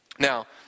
Now